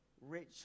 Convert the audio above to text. rich